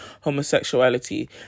homosexuality